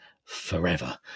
forever